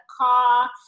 car